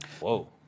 Whoa